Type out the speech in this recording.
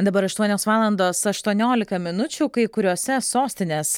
dabar aštuonios valandos aštuoniolika minučių kai kuriose sostinės